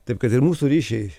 taip kad ir mūsų ryšiai